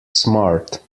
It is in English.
smart